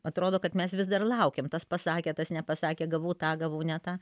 atrodo kad mes vis dar laukiam tas pasakė tas nepasakė gavau tą gavau ne tą